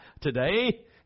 today